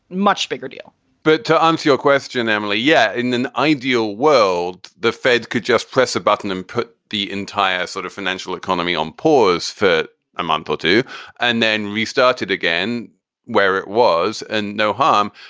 much bigger deal but to answer your question, emily. yeah. in an ideal world, the fed could just press a button and put the entire sort of financial economy on pause for a month or two and then restarted again where it was and no harm.